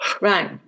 Right